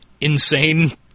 insane